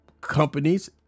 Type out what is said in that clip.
companies